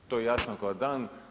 To je jasno kao dan.